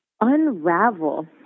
unravel